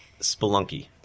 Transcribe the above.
Spelunky